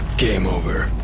game over.